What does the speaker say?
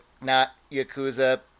not-Yakuza